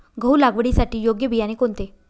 गहू लागवडीसाठी योग्य बियाणे कोणते?